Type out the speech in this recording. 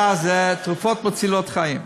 רבותי, הנושא הבא זה תרופות מצילות חיים.